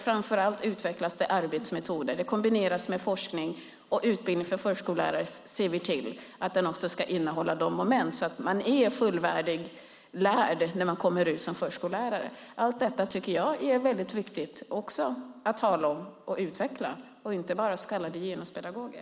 Framför allt utvecklas arbetsmetoder. I kombination med forskning och utbildning för förskollärare ser vi till att det finns med sådana moment att man är fullvärdigt lärd när man kommer ut som förskollärare. Allt detta tycker jag att det också är väldigt viktigt att tala om och att utveckla. Det handlar alltså inte bara om så kallade genuspedagoger.